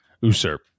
usurp